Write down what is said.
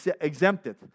exempted